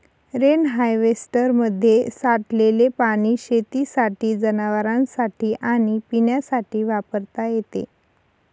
rain हार्वेस्टरमध्ये साठलेले पाणी शेतीसाठी, जनावरांनासाठी आणि पिण्यासाठी वापरता येते